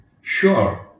Sure